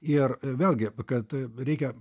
ir vėlgi kad reikia